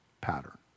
pattern